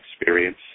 experience